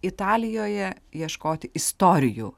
italijoje ieškoti istorijų